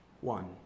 one